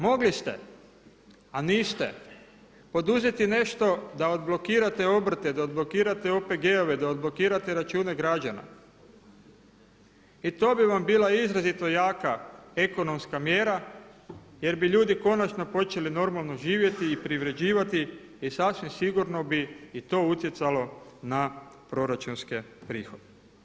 Mogli ste, a niste, poduzeti nešto da odblokirate obrte, da odblokirate OPG-ove, da odblokirate račune građana i to bi vam bila izrazito jaka ekonomska mjera jer bi ljudi konačno počeli normalno živjeti i privređivati i sasvim sigurno bi i to utjecalo na proračunske prihode.